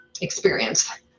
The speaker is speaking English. experience